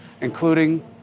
including